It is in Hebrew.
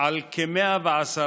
על כ-110,